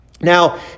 Now